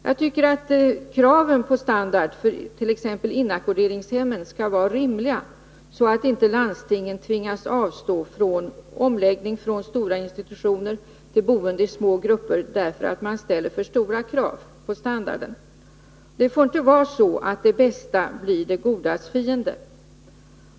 Jag tycker att kraven på standard för t.ex. inackorderingshemmen skall vara rimliga, så att landstingen inte tvingas avstå från omläggning från stora 115 institutioner till boende i små grupper därför att man ställer för stora krav på standarden. Det får inte vara så att det bästa blir det godas fiende.